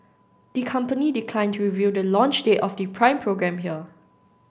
the company declined to reveal the launch date of the Prime programme here